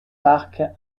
marc